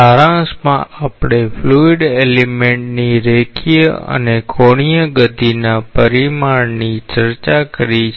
સારાંશમાં આપણે fluid element ની રેખીય અને કોણીય ગતિના પરિમાણની ચર્ચા કરી છે